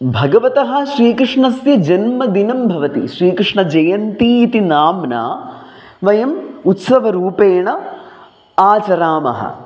भगवतः श्रीकृष्णस्य जन्मदिनं भवति श्रीकृष्णजयन्ती इति नाम्ना वयम् उत्सवरूपेण आचरामः